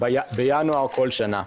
בינואר כל שנה.